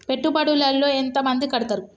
పెట్టుబడుల లో ఎంత మంది కడుతరు?